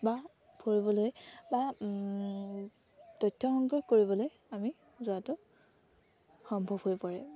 বা ফুৰিবলৈ বা তথ্য সংগ্ৰহ কৰিবলৈ আমি যোৱাটো সম্ভৱ হৈ পৰে